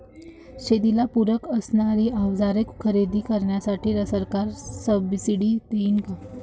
शेतीला पूरक असणारी अवजारे खरेदी करण्यासाठी सरकार सब्सिडी देईन का?